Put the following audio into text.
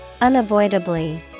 Unavoidably